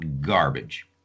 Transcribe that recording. garbage